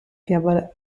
fiaba